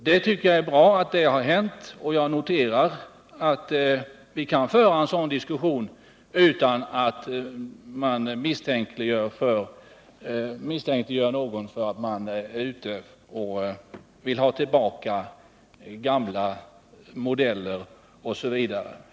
Jag tycker att det är bra att så har skett, och jag noterar att vi kunde föra en sådan diskussion utan att någon misstänkliggjordes för att vara ute efter att få tillbaka gamla modeller osv.